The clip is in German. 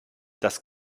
das